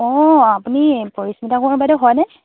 অঁ আপুনি পৰিশ্মিতা কোঁৱৰ বাইদেউ হয়নে